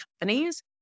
companies